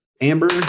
amber